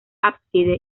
ábside